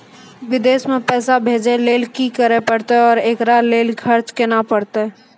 विदेश मे रुपिया भेजैय लेल कि करे परतै और एकरा लेल खर्च केना परतै?